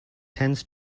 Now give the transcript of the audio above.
tends